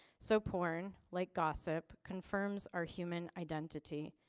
so porn, like gossip confirms our human identity.